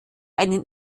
einen